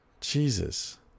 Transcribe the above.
Jesus